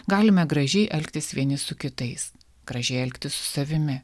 galime gražiai elgtis vieni su kitais gražiai elgtis su savimi